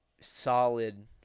solid